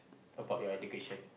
about your education